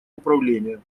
управления